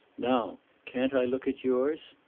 now can't i look at yours?